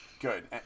Good